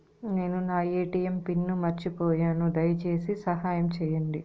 నేను నా ATM pin మర్చిపోయాను, దయచేసి సహాయం చేయండి